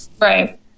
Right